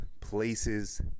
places